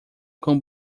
cão